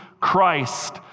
Christ